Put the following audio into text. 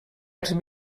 arts